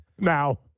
now